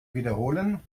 wiederholen